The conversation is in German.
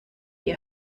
die